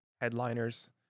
headliners